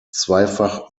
zweifach